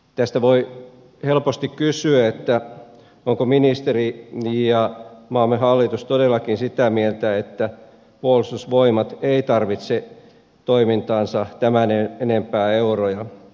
tästä voi helposti kysyä ovatko ministeri ja maamme hallitus todellakin sitä mieltä että puolustusvoimat ei tarvitse toimintaansa tämän enempää euroja